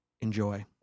enjoy